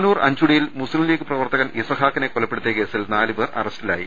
താനൂർ അഞ്ചുടിയിൽ മുസ്ലീംലീഗ് പ്രവർത്തകൻ ഇസഹാക്കിനെ കൊലപ്പെടുത്തിയ കേസിൽ നാല് പേർ അറ സ്റ്റി ലാ യി